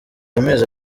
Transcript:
amezi